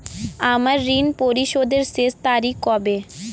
আমার ঋণ পরিশোধের শেষ তারিখ কবে?